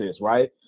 right